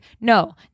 No